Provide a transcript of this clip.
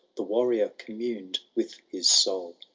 the warrior communed with his soul,